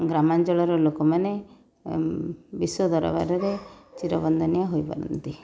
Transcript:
ଗ୍ରାମାଞ୍ଚଳର ଲୋକମାନେ ବିଶ୍ୱ ଦରବାରରେ ଚିରବନ୍ଦନ ହୋଇପାରନ୍ତି